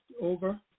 over